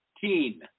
Teen